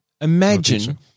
Imagine